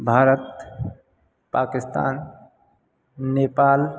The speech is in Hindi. भारत पाकिस्तान नेपाल